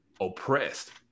oppressed